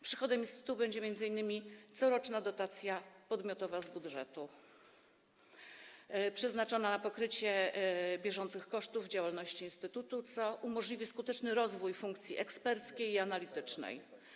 Przychodem instytutu będzie m.in. coroczna dotacja podmiotowa z budżetu przeznaczona na pokrycie bieżących kosztów działalności instytutu, co umożliwi skuteczny rozwój funkcji eksperckiej i analitycznej.